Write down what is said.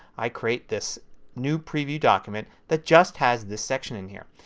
i create this new preview document that just has the section in here.